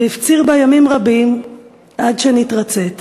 "והפציר בה ימים רבים עד שנתרצית".